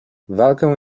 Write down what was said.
walkę